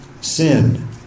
sin